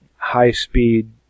high-speed